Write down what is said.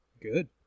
Good